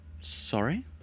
Sorry